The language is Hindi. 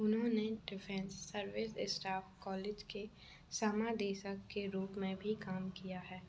उन्होंने डिफेंस सर्विसे स्टाफ कॉलेज के समादेशक के रूप में भी काम किया है